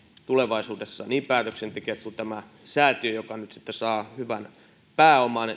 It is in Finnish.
tulevaisuudessa niin päätöksentekijät kuin tämä säätiökin joka nyt sitten saa hyvän pääoman